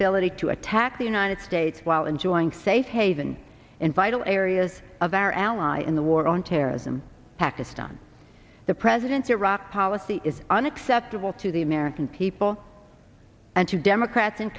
ability to attack the united states while enjoying safe haven in vital areas of our ally in the war on terrorism pakistan the president's iraq policy is unacceptable to the american people and to democrats in